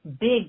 big